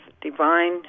divine